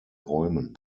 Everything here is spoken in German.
räumen